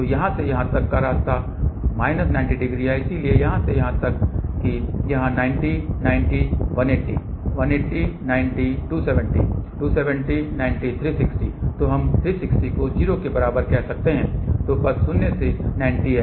तो यहाँ से यहाँ तक का रास्ता माइनस 90 डिग्री है इसलिए यहाँ से यहाँ तक कि यहाँ 90 90 180 180 90 270 270 90 360 तो हम 360 को 0 के बराबर कह सकते हैं तो पथ शून्य से 90 है